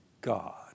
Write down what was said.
God